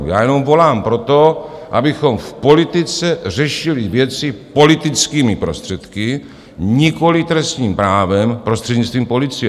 Já jenom volám po tom, abychom v politice řešili věci politickými prostředky, nikoliv trestním právem prostřednictvím policie.